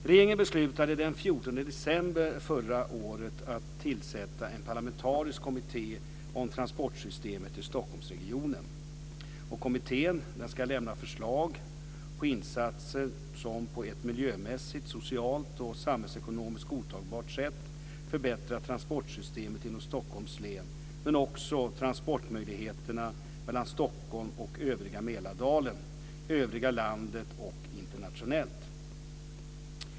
Regeringen beslutade den 14 december förra året att tillsätta en parlamentarisk kommitté om transportsystemet i Stockholmsregionen. Kommittén ska lämna förslag på insatser som på ett miljömässigt, socialt och samhällsekonomiskt godtagbart sätt förbättrar transportsystemet inom Stockholms län men också transportmöjligheterna mellan Stockholm och övriga Mälardalen, övriga landet och internationellt.